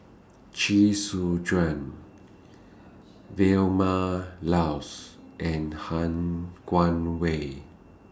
Chee Soon Juan Vilma Laus and Han Guangwei